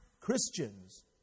Christians